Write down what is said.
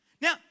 Now